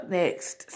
next